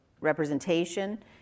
representation